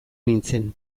nintzen